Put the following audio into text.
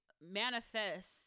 manifest